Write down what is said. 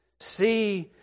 See